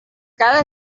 cada